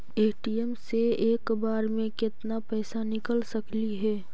ATM से एक बार मे केत्ना पैसा निकल सकली हे?